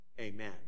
Amen